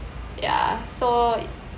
ya so